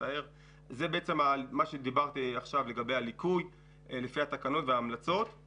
בו מדובר על מענק למובטל שעובד